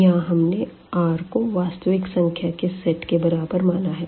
यहाँ हमने R को वास्तविक संख्या के सेट के बराबर माना है